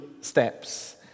steps